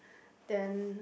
then